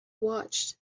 watched